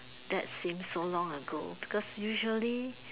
that seems so long ago because usually